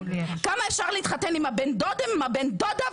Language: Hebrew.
כמה אפשר להתחתן עם הבן דוד, עם הבן דודה?